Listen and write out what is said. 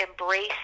embrace